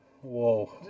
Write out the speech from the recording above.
whoa